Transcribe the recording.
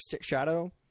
shadow